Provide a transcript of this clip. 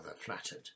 flattered